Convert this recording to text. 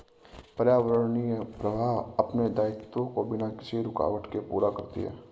पर्यावरणीय प्रवाह अपने दायित्वों को बिना किसी रूकावट के पूरा करती है